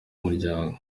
muryango